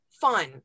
fun